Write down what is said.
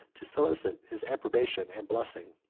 to solicit his approbation and blessing.